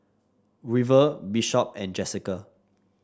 River Bishop and Jesica